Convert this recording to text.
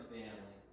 family